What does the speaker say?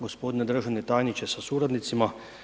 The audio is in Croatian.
Gospodine državni tajniče sa suradnicima.